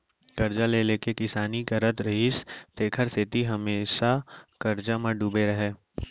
करजा ले ले के किसानी करत रिहिस तेखर सेती हमेसा करजा म डूबे रहय